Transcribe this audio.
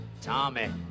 Tommy